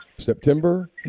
September